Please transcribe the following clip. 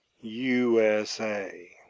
USA